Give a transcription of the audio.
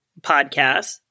podcast